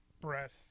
breath